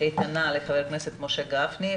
איתנה לחבר הכנסת משה גפני,